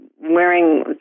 wearing